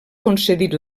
concedit